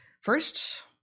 first